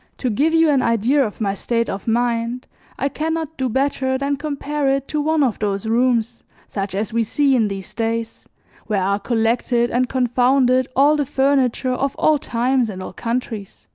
to give you an idea of my state of mind i can not do better than compare it to one of those rooms such as we see in these days where are collected and confounded all the furniture of all times and all countries.